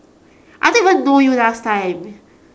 I don't even know you last time